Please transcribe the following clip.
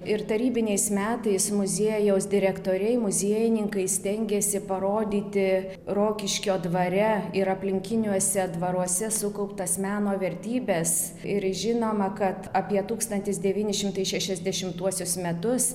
ir tarybiniais metais muziejaus direktoriai muziejininkai stengėsi parodyti rokiškio dvare ir aplinkiniuose dvaruose sukauptas meno vertybes ir žinoma kad apie tūkstantis devyni šimtai šešiasdešimtuosius metus